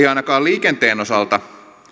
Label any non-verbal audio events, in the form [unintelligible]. [unintelligible] ainakaan liikenteen osalta